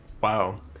Wow